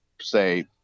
say